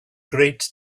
great